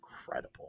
incredible